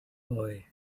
boy